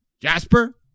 Jasper